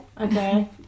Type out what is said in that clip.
Okay